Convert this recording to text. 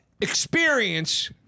experience